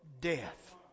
death